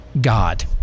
God